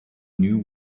knew